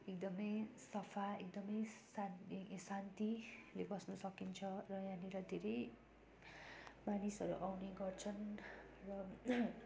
एकदम सफा एकदम शान शान्तिले बस्न सकिन्छ र यहाँनेर धेरै मानिसहरू आउने गर्छन् र